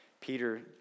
Peter